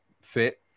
fit